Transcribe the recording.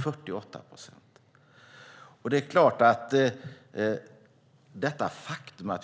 Vi